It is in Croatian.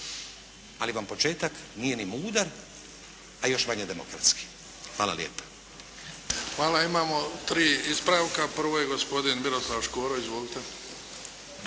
Ali vam početak nije ni mudar a još manje demokratski. Hvala lijepa. **Bebić, Luka (HDZ)** Hvala. Imamo tri ispravka. Prvo je gospodin Miroslav Škoro. Izvolite.